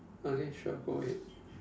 okay sure go ahead